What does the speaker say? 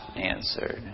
answered